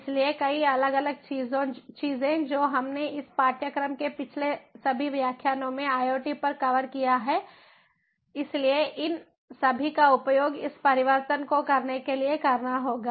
इसलिए कई अलग अलग चीजें जो हमने इस पाठ्यक्रम के पिछले सभी व्याख्यानों में IoT पर कवर की हैं इसलिए इन सभी का उपयोग इस परिवर्तन को करने के लिए करना होगा